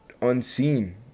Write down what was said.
unseen